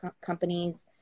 companies